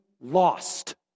lost